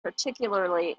particularly